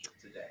today